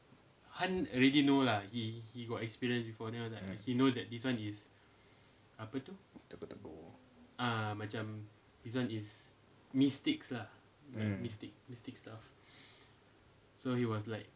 mm